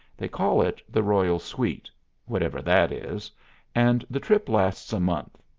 they call it the royal suite whatever that is and the trip lasts a month.